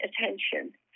attention